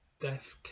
Death